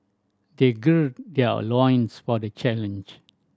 they gird their loins for the challenge